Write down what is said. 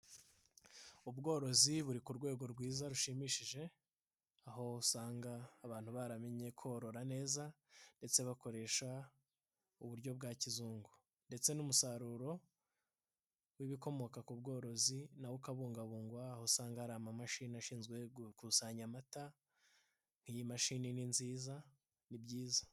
Ubworozi buri ku rwego rwiza rushimishije aho usanga abantu baramenye korora neza ndetse bakoresha uburyo bwa kizungu ndetse n'umusaruro w'ibikomoka ku bworozi nawo ukabungabungwa aho usanga hari amamashini ashinzwe gukusanya amata, iyi mashini ni nziza, ni byiza.